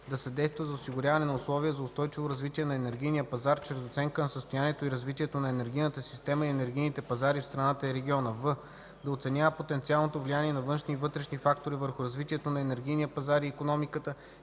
да съдейства за осигуряване на условия за устойчиво развитие на енергийния пазар чрез оценка на състоянието и развитието на енергийната система и енергийните пазари в страната и региона; в) да оценява потенциалното влияние на външни и вътрешни фактори върху развитието на енергийния пазар и икономиката